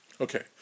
Okay